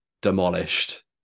demolished